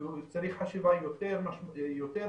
והוא מצריך חשיבה יותר ברפורמות,